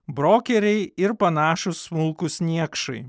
brokeriai ir panašūs smulkūs niekšai